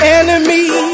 enemy